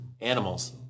animals